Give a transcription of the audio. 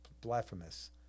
blasphemous